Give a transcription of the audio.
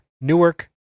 Newark